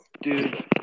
Dude